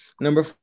Number